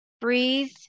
Breathe